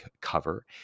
cover